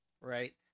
Right